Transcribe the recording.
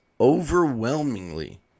overwhelmingly